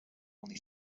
only